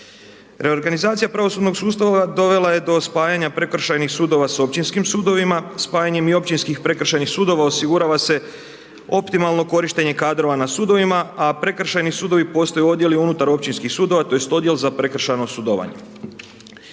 Reorganizacija pravosudnog sustava dovela je do spajanja prekršajnih sudova sa općinskim sudovima, spajanjem i općinskih prekršajnih sudova osigurava se optimalno korištenje kadrova na sudovima a prekršajni sudovi postaju odjeli unutar općinskih sudova tj. odjel za prekršajno sudjelovanje.